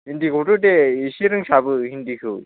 हिन्दीखौथ' दे एसे रोंसाबो हिन्दीखौ